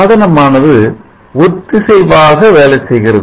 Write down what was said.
சாதனமானது ஒத்திசை வாக வேலை செய்கிறது